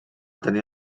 tenir